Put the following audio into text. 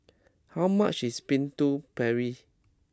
how much is Putu Piring